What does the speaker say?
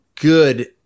good